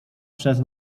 przez